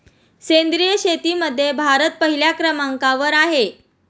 सेंद्रिय शेतीमध्ये भारत पहिल्या क्रमांकावर आहे